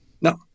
No